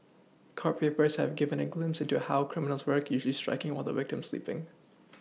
court papers have given a glimpse into how criminals work usually striking while the victim is sleePing